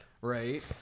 Right